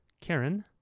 Karen